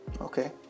Okay